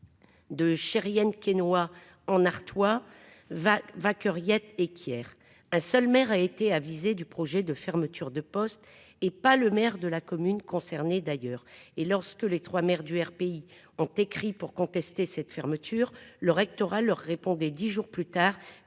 le RPI. 2. Quénoi en Artois va Wakker yet et qu'hier un seul maire a été avisé du projet de fermeture de postes et pas le maire de la commune concernée d'ailleurs et lorsque les 3 maires du RPI ont écrit pour contester cette fermeture. Le rectorat leur répondez 10 jours plus tard